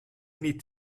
niet